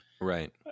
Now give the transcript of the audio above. Right